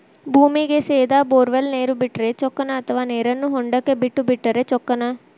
ಭೂಮಿಗೆ ಸೇದಾ ಬೊರ್ವೆಲ್ ನೇರು ಬಿಟ್ಟರೆ ಚೊಕ್ಕನ ಅಥವಾ ನೇರನ್ನು ಹೊಂಡಕ್ಕೆ ಬಿಟ್ಟು ಬಿಟ್ಟರೆ ಚೊಕ್ಕನ?